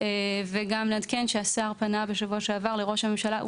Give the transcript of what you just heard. היום שעדיף להקדים ונהיה טועים שהקדמנו